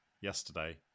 yesterday